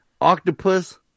octopus